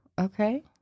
Okay